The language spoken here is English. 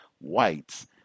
Whites